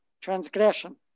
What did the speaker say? transgression